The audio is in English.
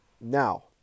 Now